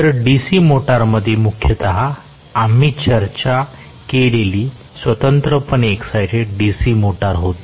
तर DC मोटरमध्ये मुख्यतः आम्ही चर्चा केलेली स्वतंत्रपणे एक्सायटेड DC मोटर होती